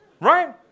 Right